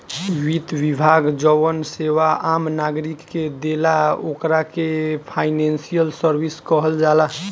वित्त विभाग जवन सेवा आम नागरिक के देला ओकरा के फाइनेंशियल सर्विस कहल जाला